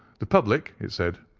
the public, it said,